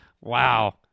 wow